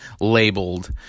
labeled